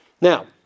Now